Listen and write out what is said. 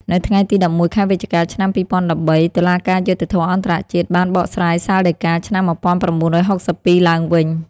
នៅថ្ងៃទី១១ខែវិច្ឆិកាឆ្នាំ២០១៣ តុលាការយុត្តិធម៌អន្ដរជាតិ បានបកស្រាយសាលដីកាឆ្នាំ១៩៦២ឡើងវិញ។